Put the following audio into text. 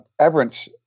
Everence